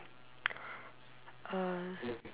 uh